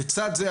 לצד זה,